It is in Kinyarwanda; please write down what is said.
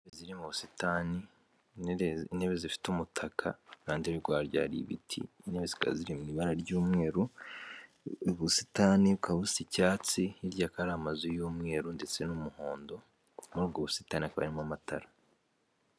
Ziri mu busitani intebe zifite umutaka kkuruhande hirya hari ibitiebe zika ziri mu ibara ry'umweru ubusitani bwa busa icyatsi, hirya ka ari amazu y'umweru ndetse n'umuhondo muri ubwo busitanifamo amatara.